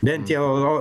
bent jau